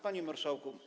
Panie Marszałku!